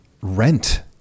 rent